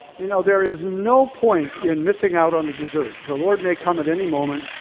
you know, there is no point in missing out on a dessert. the lord may come at any moment,